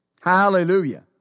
Hallelujah